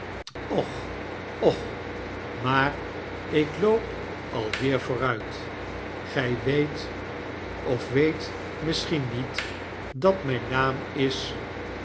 och och maar ik loop alweer vooruit gy weet of weet misschien niet dat myn naam is